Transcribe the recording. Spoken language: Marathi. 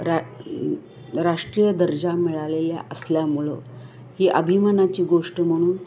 रा राष्ट्रीय दर्जा मिळालेला असल्यामुळं ही अभिमानाची गोष्ट म्हणून